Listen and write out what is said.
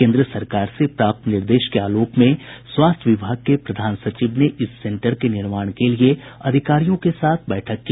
केन्द्र सरकार से प्राप्त निर्देश के आलोक में स्वास्थ्य विभाग के प्रधान सचिव ने इस सेंटर के निर्माण के लिए अधिकारियों के साथ बैठक की